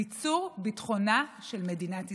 ביצור ביטחונה של מדינת ישראל.